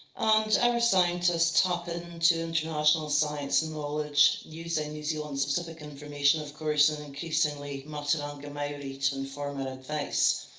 and our scientists tap into international science and knowledge using new zealand-specific information, of course, and increasingly matauranga maori to inform and advise.